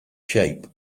shape